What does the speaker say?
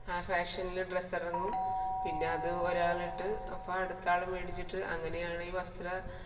ആ ഫാഷനിൽ ഡ്രസ്സിറങ്ങും പിന്നെ അത് ഒരാളിട്ട് അപ്പോൾ അടുത്തയാൾ മേടിച്ചിട്ട് അങ്ങനെയാണ് ഈ വസ്ത്ര